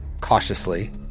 cautiously